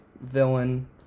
villain